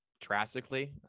drastically